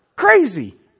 Crazy